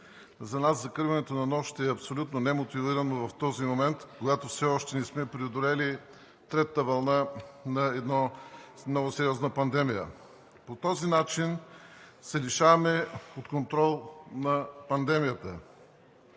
оперативен щаб ще е абсолютно немотивирано в този момент, когато все още не сме преодолели третата вълна на една много сериозна пандемия. По този начин се лишаваме от контрол над пандемията.